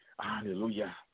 Hallelujah